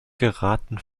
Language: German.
geraten